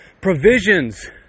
Provisions